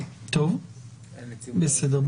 בסדר.